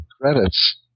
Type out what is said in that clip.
credits